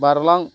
बारलां